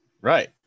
Right